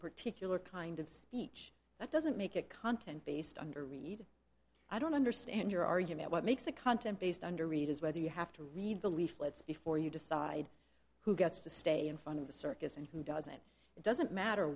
particular kind of speech that doesn't make it content based on a read i don't understand your argument what makes a content based under read is whether you have to read the leaflets before you decide who gets to stay in front of the circus and who doesn't it doesn't matter